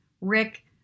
Rick